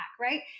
Right